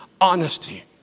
honesty